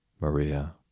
Maria